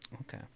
Okay